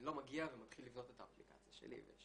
אני לא מגיע ומתחיל לבנות את האפליקציה שלי ויש